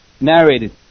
narrated